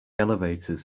elevators